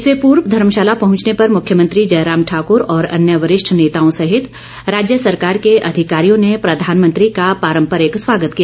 इससे पूर्व धर्मशाला पहुंचने पर मुख्यमंत्री जयराम ठाकुर और अन्य वरिष्ठ नेताओं सहित राज्य सरकार के अधिकारियों ने प्रधानमंत्री का पारम्परिक स्वागत किया